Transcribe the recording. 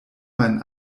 mein